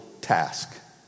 task